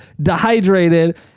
dehydrated